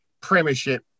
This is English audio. Premiership